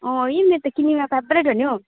अँ यी मेरो त किनेमा फेबरेट हो नि हौ